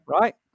Right